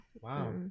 Wow